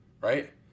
right